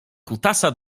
kutasa